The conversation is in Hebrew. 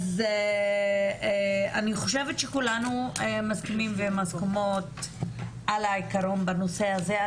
אז אני חושבת שכולנו מסכימים ומסכימות על העיקרון בנושא הזה.